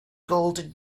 golden